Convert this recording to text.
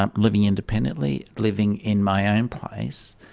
um living independently, living in my own place,